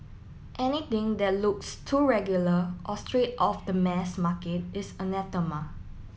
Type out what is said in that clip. anything that looks too regular or straight off the mass market is anathema